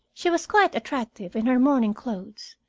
she was quite attractive in her mourning clothes,